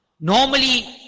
Normally